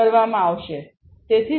તેથી તે cyberspace બને છે